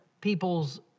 people's